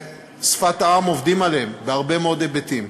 בשפת העם, עובדים עליהם בהרבה מאוד היבטים.